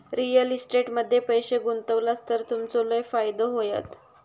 real estate मध्ये पैशे गुंतवलास तर तुमचो लय फायदो होयत